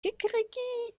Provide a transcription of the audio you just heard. kikeriki